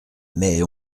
mais